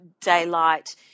daylight